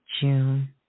June